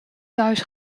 thuis